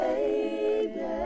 Baby